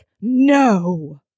No